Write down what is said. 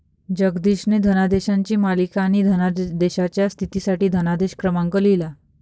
जगदीशने धनादेशांची मालिका आणि धनादेशाच्या स्थितीसाठी धनादेश क्रमांक लिहिला